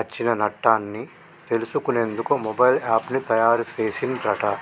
అచ్చిన నట్టన్ని తెలుసుకునేందుకు మొబైల్ యాప్ను తాయారు సెసిన్ రట